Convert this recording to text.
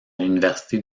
l’université